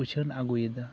ᱩᱪᱷᱟᱹᱱ ᱟᱹᱜᱩᱭᱮᱫᱟ